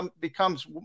becomes